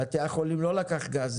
בתי החולים לא לקחו גז.